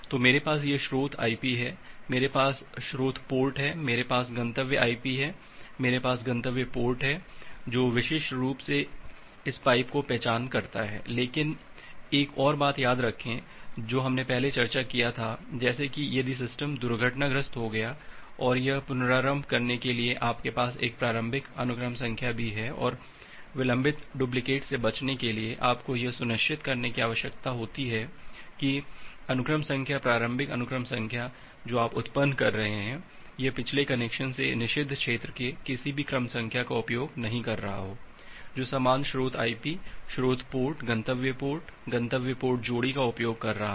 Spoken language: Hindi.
तो मेरे पास यह स्रोत IP है मेरे पास स्रोत पोर्ट है मेरे पास गंतव्य IP है मेरे पास गंतव्य पोर्ट है जो विशिष्ट रूप से इस पाइप की पहचान करता है लेकिन एक और बात याद रखें जो हमने पहले चर्चा किया है जैसे कि यदि सिस्टम दुर्घटनाग्रस्त हो गया और यह पुनरारंभ करने के लिए आपके पास एक प्रारंभिक अनुक्रम संख्या भी है और विलंबित डुप्लिकेट से बचने के लिए आपको यह सुनिश्चित करने की आवश्यकता है कि अनुक्रम संख्या प्रारंभिक अनुक्रम संख्या जो आप उत्पन्न कर रहे हैं यह पिछले कनेक्शन से निषिद्ध क्षेत्र के किसी भी क्रम संख्या का उपयोग नहीं कर रहा है जो समान स्रोत IP स्रोत पोर्ट गंतव्य पोर्ट गंतव्य पोर्ट जोड़ी का उपयोग कर रहा है